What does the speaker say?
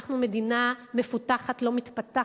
אנחנו מדינה מפותחת, לא מתפתחת.